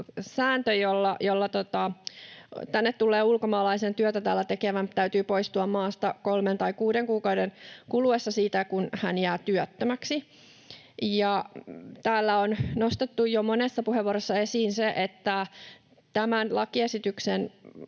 sääntö, jolla ulkomaalaisen työtä täällä tekevän täytyy poistua maasta kolmen tai kuuden kuukauden kuluessa siitä, kun hän jää työttömäksi. Täällä on nostettu jo monessa puheenvuorossa esiin se, että tähän lakiesitykseen